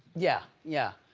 yeah, yeah,